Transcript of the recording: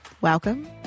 Welcome